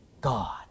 God